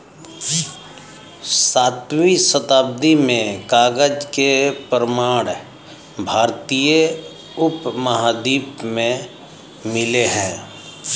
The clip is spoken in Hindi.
सातवीं शताब्दी में कागज के प्रमाण भारतीय उपमहाद्वीप में मिले हैं